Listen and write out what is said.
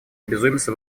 обязуемся